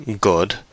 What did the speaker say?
good